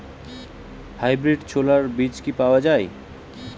Hybrid ছোলার বীজ কি পাওয়া য়ায়?